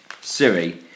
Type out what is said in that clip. Siri